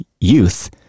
youth